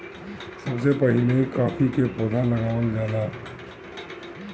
सबसे पहिले काफी के पौधा लगावल जाला